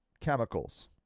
chemicals